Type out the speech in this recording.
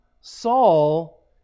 Saul